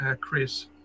Chris